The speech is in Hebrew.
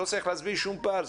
לא צריך להסביר שום פער,